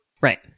right